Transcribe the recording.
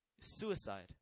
Suicide